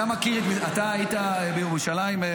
אתה היית בירושלים,